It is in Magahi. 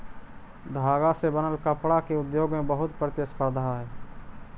धागा से बनल कपडा के उद्योग में बहुत प्रतिस्पर्धा हई